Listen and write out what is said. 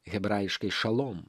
hebrajiškai šalom